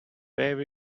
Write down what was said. waved